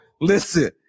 listen